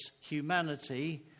humanity